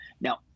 Now